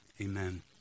Amen